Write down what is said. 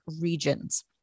regions